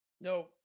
No